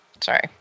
Sorry